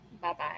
Bye-bye